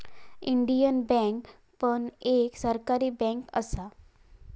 Indian bank पण एक सरकारी बँक असा